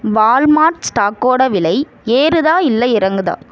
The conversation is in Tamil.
வால்மார்ட் ஸ்டாக்கோட விலை ஏறுதா இல்லை இறங்குதா